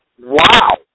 Wow